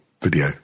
video